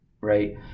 right